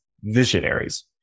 visionaries